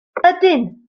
ydyn